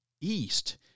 east